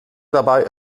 dabei